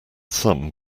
some